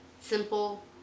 simple